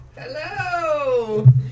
Hello